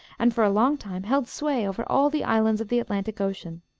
and for a long time held sway over all the islands of the atlantic ocean.